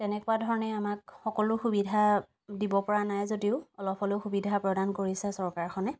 তেনেকুৱা ধৰণে আমাক সকলো সুবিধা দিব পৰা নাই যদিও অলপ হ'লেও সুবিধা প্ৰদান কৰিছে চৰকাৰখনে